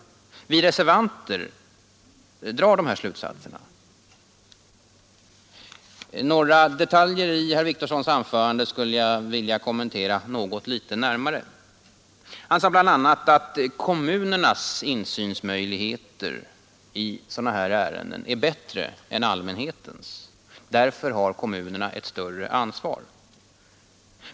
Vi Torsdagen den reservanter drar dessa slutsatser. 26 april 1973 Jag skulle litet närmare vilja kommentera några detaljer i herr Wictorssons anförande. Han sade bl.a. att kommunernas insynsmöjligheter i sådana här ärenden är bättre än allmänhetens, och därför har ”ådens ämbetsutövkommunerna större ansvar.